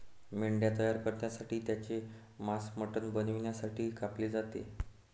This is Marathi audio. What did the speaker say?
मेंढ्या तयार करण्यासाठी त्यांचे मांस मटण बनवण्यासाठी कापले जाते